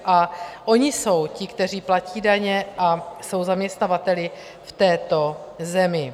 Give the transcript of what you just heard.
A oni jsou ti, kteří platí daně a jsou zaměstnavateli v této zemi.